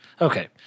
Okay